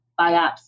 biopsy